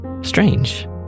strange